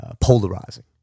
polarizing